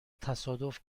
تصادف